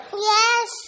Yes